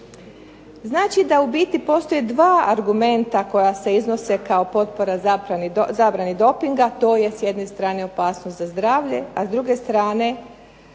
Znači da u biti postoje dva argumenta koji se iznose kao potpora zabrani dopinga to je s jedne strane opasnost za zdravlje, s druge strane